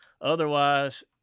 otherwise